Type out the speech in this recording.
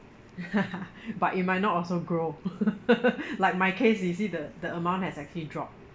but it might not also grow like my case you see the the amount has actually drop